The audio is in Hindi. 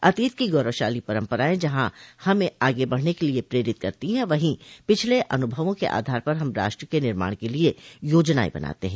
अतीत की गौरवशाली परम्पराएं जहां हमें आगे बढ़ने के लिये प्रेरित करती है वहीं पिछले अनुभवों के आधार पर हम राष्ट्र के निर्माण के लिये योजनाएं बनाते हैं